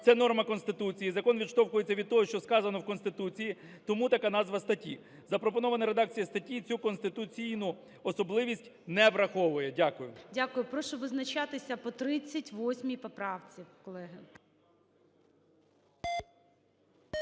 це норма Конституції. Закон відштовхується від того, що сказано в Конституції, тому така назва статті. Запропонована редакція статті цю конституційну особливість не враховує. Дякую. ГОЛОВУЮЧИЙ. Дякую. Прошу визначатися по 38 поправці, колеги.